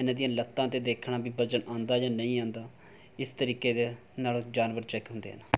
ਇਨ੍ਹਾਂ ਦੀਆਂ ਲੱਤਾਂ 'ਤੇ ਦੇਖਣਾ ਵੀ ਵਜ਼ਨ ਆਉਂਦਾ ਜਾਂ ਨਹੀਂ ਆਉਂਦਾ ਇਸ ਤਰੀਕੇ ਦੇ ਨਾਲ ਜਾਨਵਰ ਚੈੱਕ ਹੁੰਦੇ ਹਨ